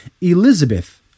Elizabeth